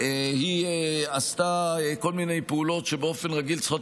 והיא עשתה כל מיני פעולות שבאופן רגיל צריכות